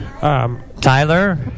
Tyler